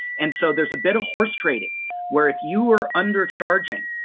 and so there's a bit of horse trading where if you were undercharging,